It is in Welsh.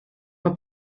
mae